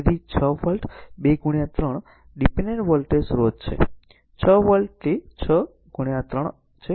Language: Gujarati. તેથી તે 6 વોલ્ટ 2 3 ડીપેનડેન્ટ વોલ્ટેજ સ્રોત છે 6 વોલ્ટ તે 6 આ 3 છે